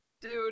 dude